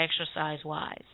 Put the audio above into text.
exercise-wise